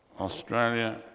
Australia